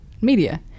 media